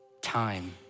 time